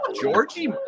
Georgie